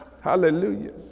hallelujah